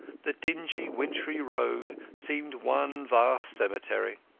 the dingy wintry road seemed one vast cemetery